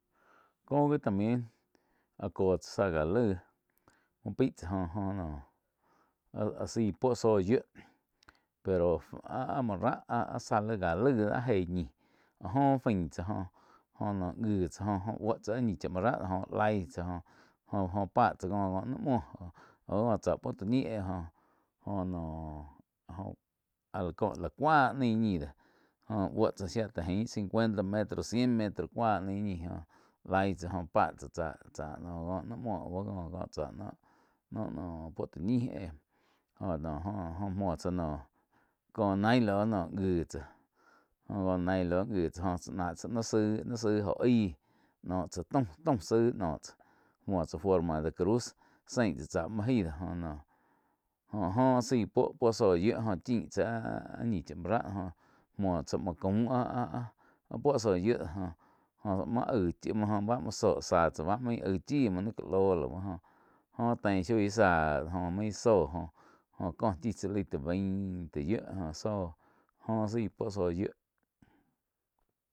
Kóh gi también, áh có tsá záh gá laig muo paí tzá jo-jo noh áh-áh zaí puo zóh yiu pero áh-áh múo ráh záh gá laig doh áh geí ñih áh joh fain tsá joh. Jóh no wi tsáh óh-óh búo tsá áh ñih chá muo ráh joh laig tsáh joh. Jo-jo páh tsáh jóh kóh noh muoh au kóh tsá puo tau ñih éh joh, joh noh kó la cuá áh náih ñi dó jóh búo tsá shía taí aín cincuenta metros cien metros cúah náin ñih joh laig tsá jo páh tsá-tsá kó-kó nóh múo au ko puo tau ñi éh jó no muo tsá naum cóh nailo jíh tsá jóh có nailo jih tsáh jóh tsá náh tsá noh zaig, noh zaig óh aig nóh tsá taum-taum zaig no tsáh múo tsá forma de cruz sein tsá chá muo jaí doh jó noh. Joh-joh áh zaí puo-puo zóh yíu jóh chin tsá áh-áh ñi chá muo ráh joh muo tsá muo caum áh-áh puo zóh yiu de joh muo aig zoh záh tsá bá main aig chíh joh naih ká loh joh óh tein shoi záh joh main zóh joh cóh chí tsá leí ti bain ti yíu joh zóh joh zaí puo zóh yíu.